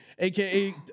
Aka